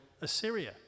Assyria